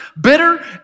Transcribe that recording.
bitter